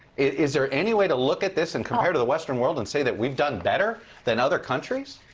is there any way to look at this and compare to the western world and say that we've done better than other countries?